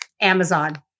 Amazon